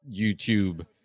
youtube